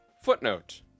Footnote